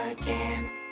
again